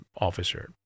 officer